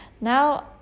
now